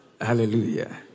Hallelujah